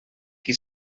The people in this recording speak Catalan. qui